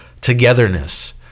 togetherness